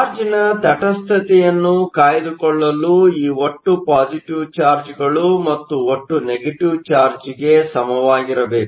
ಚಾರ್ಜ್ನ ತಟಸ್ಥತೆಯನ್ನು ಕಾಯ್ದುಕೊಳ್ಳಲು ಈ ಒಟ್ಟು ಪಾಸಿಟಿವ್ ಚಾರ್ಜ್ಗಳು ಮತ್ತು ಒಟ್ಟು ನೆಗೆಟಿವ್ ಚಾರ್ಜ್negative ಚಾರ್ಜ್ಗೆ ಸಮವಾಗಿರಬೇಕು